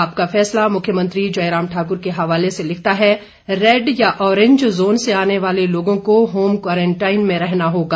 आपका फैसला मुख्यमंत्री जयराम ठाकुर के हवाले से लिखता है रेड या ऑरेंज जोन से आने वाले लोगों को होम क्वारंटाइन में रहना होगा